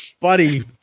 buddy